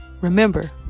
remember